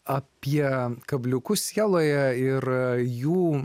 apie kabliukus sieloje ir jų